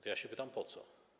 To ja się pytam: Po co?